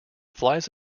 flies